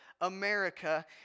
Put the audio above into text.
America